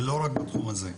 ולא רק בתחום הזה,